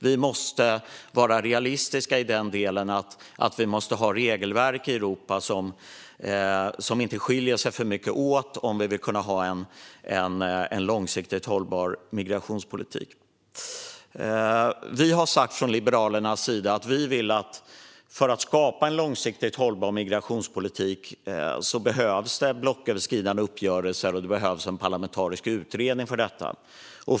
Vi måste vara realistiska vad gäller att vi måste ha regelverk i Europa som inte skiljer sig för mycket åt om vi vill kunna ha en långsiktigt hållbar migrationspolitik. Vi har från Liberalernas sida sagt att det behövs blocköverskridande uppgörelser för att skapa en långsiktigt hållbar migrationspolitik, och det behövs en parlamentarisk utredning för detta.